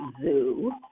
Zoo